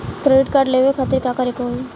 Credit card लेवे खातिर का करे के होई?